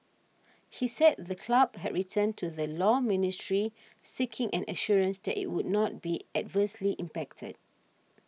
he said the club had written to the Law Ministry seeking an assurance that it would not be adversely impacted